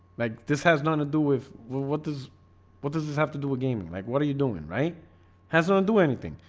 like this has nothing to do with what does what does this have to do a gaming like what are you doing right has none do anything.